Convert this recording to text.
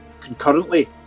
concurrently